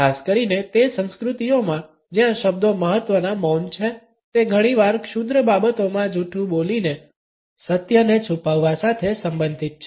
ખાસ કરીને તે સંસ્કૃતિઓમાં જ્યાં શબ્દો મહત્વના મૌન છે તે ઘણીવાર ક્ષુદ્ર બાબતોમાં જૂઠું બોલીને સત્યને છુપાવવા સાથે સંબંધિત છે